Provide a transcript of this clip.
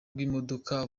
bw’imodoka